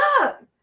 up